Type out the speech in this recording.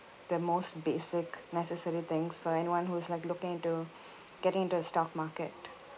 the most basic necessary things for anyone who's like looking into getting into the stock market